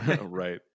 right